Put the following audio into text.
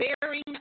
bearing